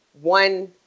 one